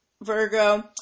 Virgo